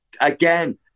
again